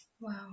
wow